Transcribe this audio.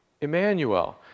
Emmanuel